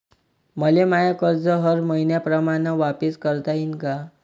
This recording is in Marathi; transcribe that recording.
मले माय कर्ज हर मईन्याप्रमाणं वापिस करता येईन का?